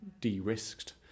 de-risked